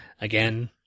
again